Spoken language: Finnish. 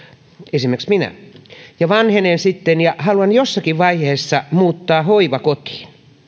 esimerkiksi jos minä asun siinä ja vanhenen sitten ja haluan jossakin vaiheessa muuttaa hoivakotiin